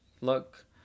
look